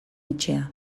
etxea